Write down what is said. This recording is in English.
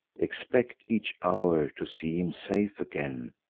expect each hour to see him safe again,